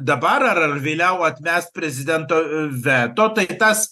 dabar ar vėliau atmest prezidento veto tai tas